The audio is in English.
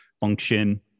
function